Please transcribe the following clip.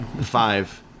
five